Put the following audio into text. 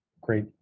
great